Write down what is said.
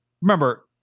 Remember